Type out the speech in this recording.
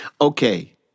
okay